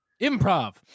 Improv